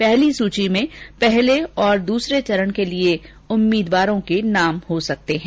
पहली सूची में पहले और दूसरे चरण के लिए उम्मीदवारों के नाम हो सकते हैं